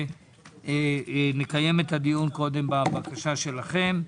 נקיים את הדיון קודם בבקשה שלכם.